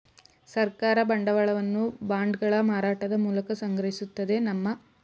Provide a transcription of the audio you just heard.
ಸರ್ಕಾರ ಬಂಡವಾಳವನ್ನು ಬಾಂಡ್ಗಳ ಮಾರಾಟದ ಮೂಲಕ ಸಂಗ್ರಹಿಸುತ್ತದೆ ನಮ್ಮ